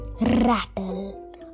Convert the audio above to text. rattle